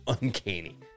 uncanny